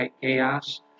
chaos